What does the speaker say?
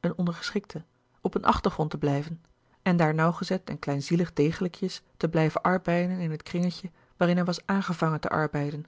boeken der kleine zielen te zijn een ondergeschikte op een achtergrond te blijven en daar nauwgezet en kleinzielig degelijkjes te blijven arbeiden in het kringetje waarin hij was aangevangen te arbeiden